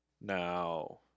now